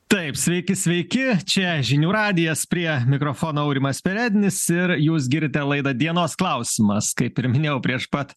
taip sveiki sveiki čia žinių radijas prie mikrofono aurimas perednis ir jūs girdite laidą dienos klausimas kaip ir minėjau prieš pat